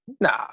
Nah